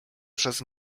przez